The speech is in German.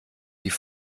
die